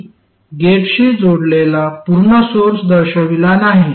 मी गेटशी जोडलेला पूर्ण सोर्स दर्शविला नाही